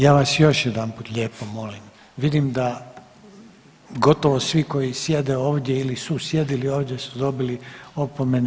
Ja vas još jedanput lijepo molim, vidim da gotovo svi koji sjede ovdje ili su sjedili ovdje su dobili opomene.